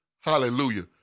Hallelujah